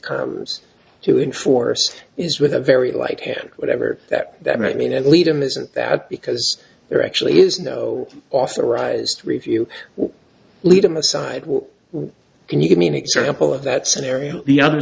comes to enforce is with a very light hand whatever that that might mean and lead them isn't that because there actually is no authorized review lead him aside will you give me an example of that scenario the other